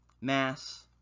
mass